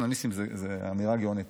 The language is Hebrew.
ניסים, זו אמירה גאונית.